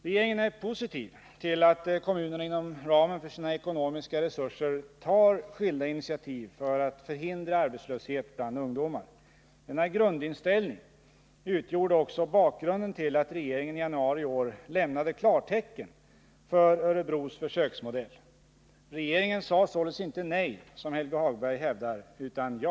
Regeringen är positiv till att kommunerna inom ramen för sina ekonomiska resurser tar skilda initiativ för att förhindra arbetslöshet bland ungdomar. Denna grundinställning utgjorde också bakgrunden till att regeringen i januari i år lämnade klartecken för Örebros försöksmodell. Regeringen sade således inte nej, som Helge Hagberg hävdar, utan ja.